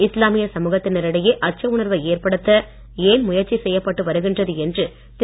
இஸ்லாமிய சமுகத்தினரிடையே அச்ச உணர்வை ஏற்படுத்த ஏன் முயற்சி செய்யப்பட்டு வருகின்றது என்று திரு